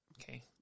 Okay